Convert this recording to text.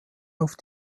auf